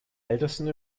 ältesten